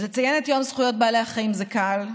אז לציין את יום זכויות בעלי החיים זה קל,